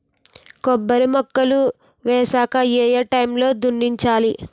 కొబ్బరి మొక్కలు వేసాక ఏ ఏ టైమ్ లో దున్నించాలి?